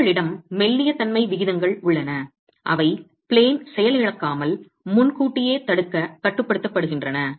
எனவே உங்களிடம் மெல்லிய தன்மை விகிதங்கள் உள்ளன அவை பிளேன் செயலிழக்காமல் முன்கூட்டியே தடுக்க கட்டுப்படுத்தப்படுகின்றன